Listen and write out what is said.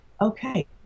okay